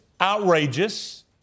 outrageous